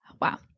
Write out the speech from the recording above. Wow